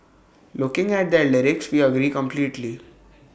looking at their lyrics we agree completely